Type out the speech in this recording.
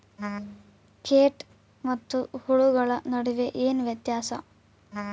ಕೇಟ ಮತ್ತು ಹುಳುಗಳ ನಡುವೆ ಏನ್ ವ್ಯತ್ಯಾಸ?